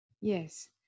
Yes